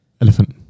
Elephant